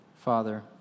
Father